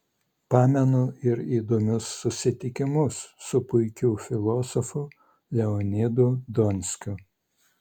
pamenu ir įdomius susitikimus su puikiu filosofu leonidu donskiu